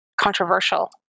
controversial